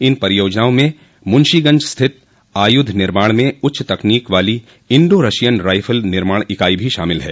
इन परियोजनाओं में मुंशीगंज स्थित आयुध निर्माण में उच्च तकनीक वाली इण्डो रशियन राइफल निर्माण इकाई भी शामिल है